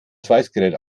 schweißgerät